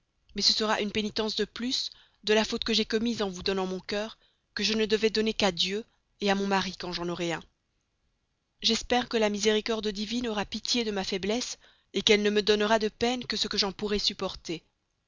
mais ce sera une pénitence de plus de la faute que j'ai commise en vous donnant mon cœur que je ne devais donner qu'à dieu à mon mari quand j'en aurai un j'espère que la miséricorde divine aura pitié de ma faiblesse qu'elle ne me donnera de peine que ce que j'en pourrai supporter